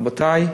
רבותי,